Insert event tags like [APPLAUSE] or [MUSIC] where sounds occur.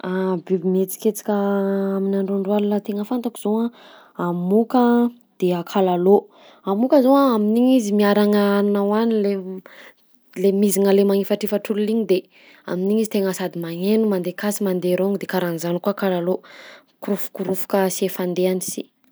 [HESITATION] Biby mihetsiketsika [HESITATION] amin'ny androandro alina tegna fantako zao a: amoka, de [HESITATION] kalalao; amoka zao a amin'igny izy miaragna hanina hohaniny le m- le mizigna le magnifatrifatr'olona igny de amin'igny izy tegna sady magneno, mandeha akasy, mandeha arogny de karahan'zany koa kalalao mikoroforofoka se fandehany si.